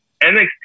NXT